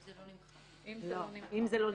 אם זה לא נמחק.